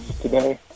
today